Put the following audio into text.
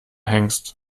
hengst